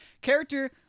character